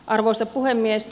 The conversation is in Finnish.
arvoisa puhemies